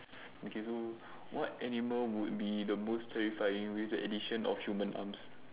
okay so what animal would be the most terrifying with the addition of human arms